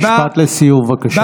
משפט לסיום, בבקשה.